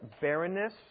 Barrenness